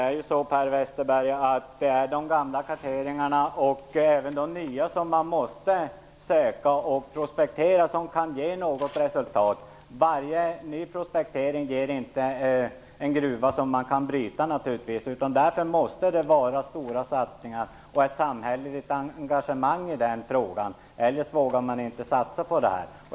Fru talman! Per Westerberg, såväl gamla karteringar som de nya karteringar som man måste söka och prospektera kan ge resultat. Det är inte varje ny prospektering som ger en gruva där man kan bryta. Därför måste det vara fråga om stora satsningar och ett samhälleligt engagemang i frågan. Eljest vågar man inte satsa på det här.